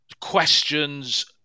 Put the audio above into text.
questions